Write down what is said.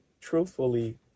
truthfully